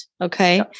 okay